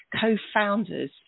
co-founders